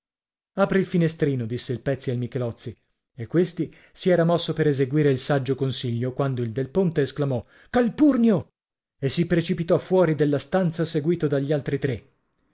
apri il finestrino disse il pezzi al michelozzi e questi si era mosso per eseguire il saggio consiglio quando il del ponte esclamò calpurnio e si precipitò fuori della stanza seguito dagli altri tre